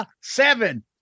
seven